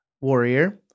Warrior